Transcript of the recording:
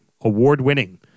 award-winning